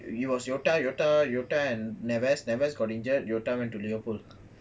it was yota yota and neves neves got injured yota went to liverpool